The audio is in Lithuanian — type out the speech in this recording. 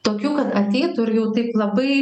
tokių kad ateitų ir jau taip labai